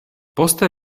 poste